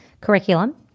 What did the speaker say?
curriculum